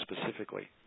specifically